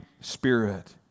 Spirit